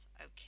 Okay